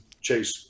Chase